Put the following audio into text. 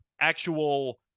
actual